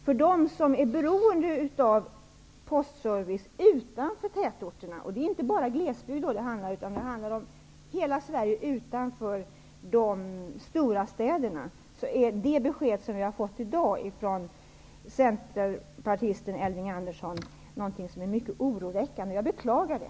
För dem som är beroende av postservice utanför tätorterna -- och det handlar då inte bara om glesbygd utan om hela Sverige utanför de stora städerna -- är det besked som vi har fått i dag från centerpartisten Elving Andersson mycket oroväckande, och jag beklagar det.